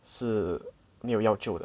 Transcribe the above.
是没有要求的